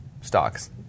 stocks